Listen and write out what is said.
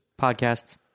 Podcasts